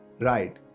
Right